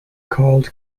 called